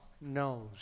knows